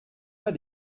pas